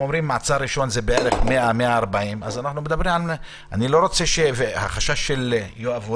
והם אומרים שמעצר ראשון זה 140-100. החשש של יואב,